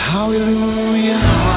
Hallelujah